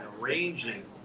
arranging